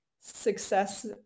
success